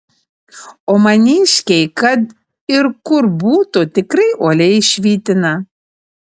o maniškiai kad ir kur būtų tikrai uoliai švitina